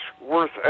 worth